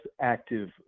active